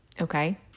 Okay